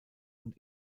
und